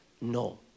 No